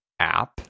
app